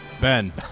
Ben